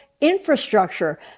infrastructure